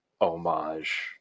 homage